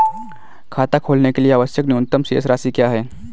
खाता खोलने के लिए आवश्यक न्यूनतम शेष राशि क्या है?